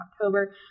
October